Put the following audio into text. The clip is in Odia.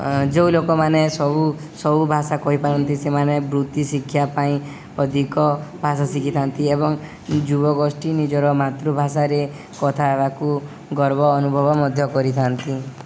ଯେଉଁ ଲୋକମାନେ ସବୁ ସବୁ ଭାଷା କହିପାରନ୍ତି ସେମାନେ ବୃତ୍ତି ଶିକ୍ଷା ପାଇଁ ଅଧିକ ଭାଷା ଶିଖିଥାନ୍ତି ଏବଂ ଯୁବଗୋଷ୍ଠୀ ନିଜର ମାତୃଭାଷାରେ କଥା ହେବାକୁ ଗର୍ବ ଅନୁଭବ ମଧ୍ୟ କରିଥାନ୍ତି